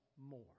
more